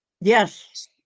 Yes